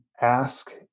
ask